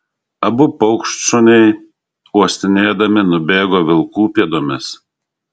abu paukštšuniai uostinėdami nubėgo vilkų pėdomis